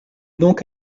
donc